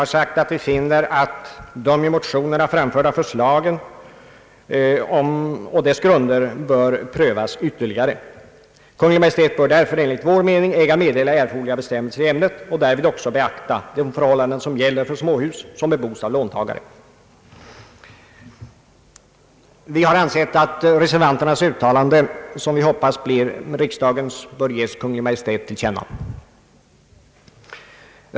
Reservanterna betonar att de motionsvis framförda förslagen och deras grunder bör prövas ytterligare. Kungl. Maj:t bör därför enligt vår mening äga meddela erforderliga bestämmelser i ämnet och därvid också beakta lån som gäller för småhus vilka bebos av låntagare. Vi har ansett att reservanternas uttalande, som vi hoppas blir riksdagens, bör ges Kungl. Maj:t till känna.